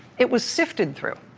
it was sifted through.